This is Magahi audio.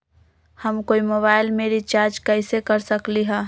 हम कोई मोबाईल में रिचार्ज कईसे कर सकली ह?